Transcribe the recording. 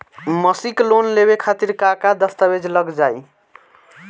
मसीक लोन लेवे खातिर का का दास्तावेज लग ता?